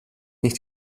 nicht